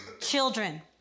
children